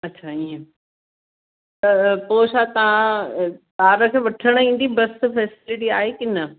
अच्छा ईअं त पोइ छा तव्हां ॿारनि खे वठिण ईंदी बस फैसिलिटी आहे की न